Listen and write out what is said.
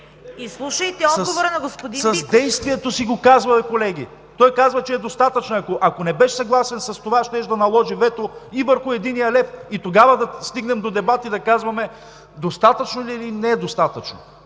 Изслушайте отговора на господин Биков! ТОМА БИКОВ: …с действието си го казва, колеги. Той казва, че е достатъчно. Ако не беше съгласен с това, щеше да наложи вето и върху единия лев и тогава да стигнем до дебат и да казваме: достатъчно ли е, или не е достатъчно?